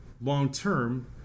long-term